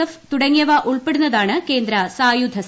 F തുടങ്ങിയവ ഉൾപ്പെടുന്നതാണ് കേന്ദ്ര സായുധ സേന